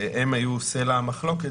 שהיו סלע המחלוקת,